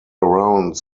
around